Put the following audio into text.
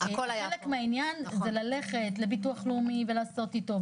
חלק מהעניין זה ללכת לביטוח לאומי ולעשות איתו,